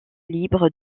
libre